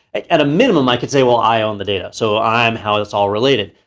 at a minimum i can say, well, i own the data, so i'm how it's all related.